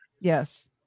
Yes